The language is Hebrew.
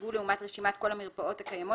יוצגו לעומת רשימת כל המרפאות הקיימות